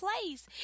place